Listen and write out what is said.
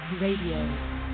Radio